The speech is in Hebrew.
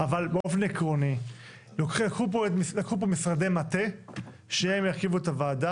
קבועים, שחייבים להיות.